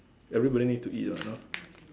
everybody need to eat what now